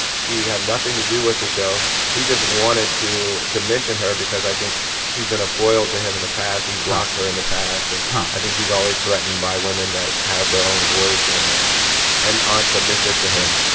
she had nothing to do with the show. he just wanted to to mention her because i think she's been a foil to him in the past. he's blocked her in the past, and i think he's always threatened by women that have their own voice and and aren't submissive to him